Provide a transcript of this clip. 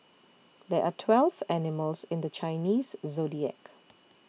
there are twelve animals in the Chinese zodiac